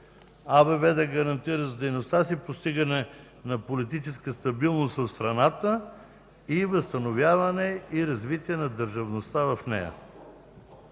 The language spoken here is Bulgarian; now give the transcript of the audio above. АБВ да гарантира за дейността си в постигане на политическа стабилност в страната, възстановяване и развитие на държавността в нея.